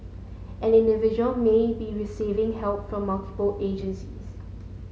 an individual may be receiving help from multiple agencies